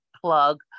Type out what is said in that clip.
Plug